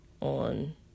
on